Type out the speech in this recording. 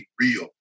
real